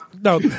No